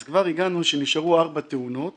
אז כבר הגענו שנשארו ארבע תאונות